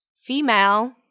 Female